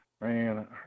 Man